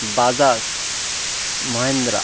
Bajaj Mahindra